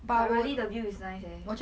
but really the view is nice leh